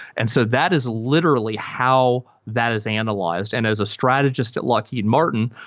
and so that is literally how that is analyzed. and as a strategist at lockheed martin,